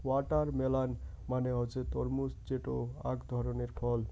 watermelon মানে হসে তরমুজ যেটো আক ধরণের ফল